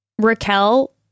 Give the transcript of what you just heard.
Raquel